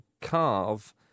carve